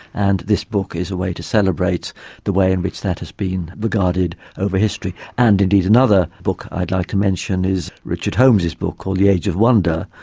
and this book is a way to celebrate the way in which that has been regarded over history. and indeed another book i'd like to mention is richard holmes's book called the age of wonder,